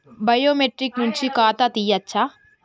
Biometric నుంచి ఖాతా తీయచ్చా?